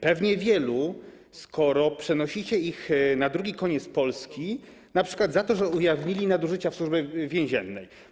Pewnie wielu, skoro przenosicie ich na drugi koniec Polski, np. za to, że ujawnili nadużycia w Służbie Więziennej.